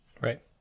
Right